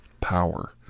power